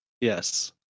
Yes